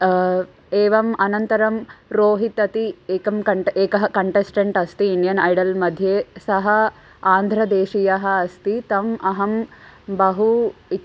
एवम् अनन्तरं रोहित् अति एकं कण्ट एकः कण्टस्टेण्ट् अस्ति इण्डियन् ऐडल् मध्ये सः आन्ध्रदेशीयः अस्ति तम् अहं बहु इच्छा